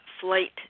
Flight